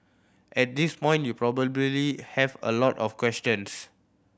at this point you probably have a lot of questions